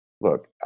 look